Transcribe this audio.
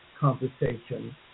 conversation